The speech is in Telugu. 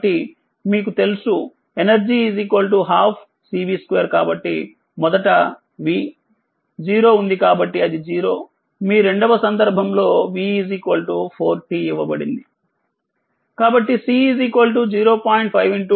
కాబట్టి మీకు తెలుసు ఎనర్జీ 12 Cv2 కాబట్టిమొదటv0 ఉంది కాబట్టిఅది0 మీ రెండవ సందర్భంలోv4t ఇవ్వబడింది